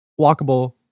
Walkable